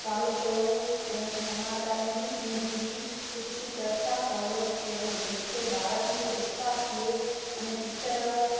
चालू कयो इन समाचार में बि सिंधी जी कुझु चर्चा कयो कीअं न जंहिंखे ॿारनि खे उत्साह थिए अने पिचर